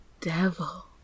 Devil